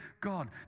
God